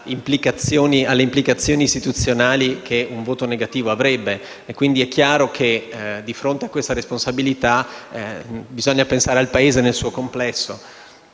alle implicazioni istituzionali che un voto negativo avrebbe. È chiaro che, di fronte a questa responsabilità, bisogna pensare al Paese nel suo complesso.